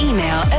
Email